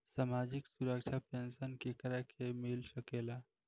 सामाजिक सुरक्षा पेंसन केकरा के मिल सकेला?